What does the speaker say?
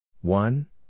one